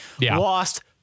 lost